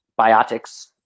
biotics